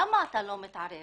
למה אתה לא מתערב?